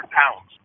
pounds